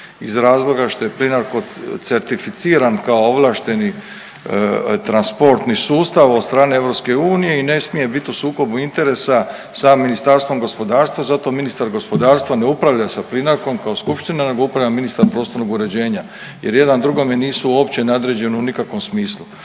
iz razloga što je Plinacro certificiran kao ovlašteni transportni sustav od strane EU i ne smije bit u sukobu interesa sa Ministarstvom gospodarstva i zato ministar gospodarstva ne upravlja sa Plinacrom kao skupština nego upravlja ministar prostornog uređenja jer jedan drugome nisu uopće nadređeni u nikakvom smislu.